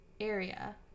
area